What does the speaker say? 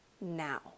now